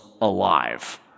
alive